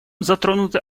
затронуты